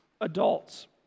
adults